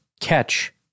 Catch